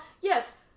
yes